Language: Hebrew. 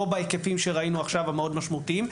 לא בהיקפים שראינו עכשיו המאוד משמעותיים,